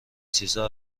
چیزها